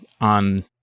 on